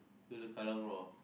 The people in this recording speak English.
to the Kallang roar